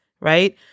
right